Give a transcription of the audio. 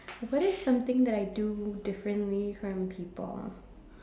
what is something that I do differently from people